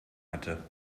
hatte